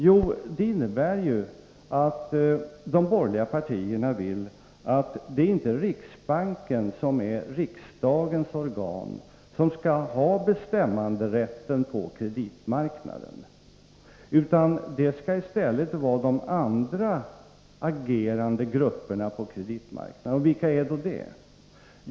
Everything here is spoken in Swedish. Jo, det innebär att de borgerliga partierna vill att det inte skall vara riksbanken, som är riksdagens organ, som har bestämmanderätten på kreditmarknaden, utan det skall i stället vara de andra agerande grupperna på kreditmarknaden. Och vilka är då de?